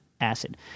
acid